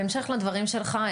בהמשך לדברים שלך,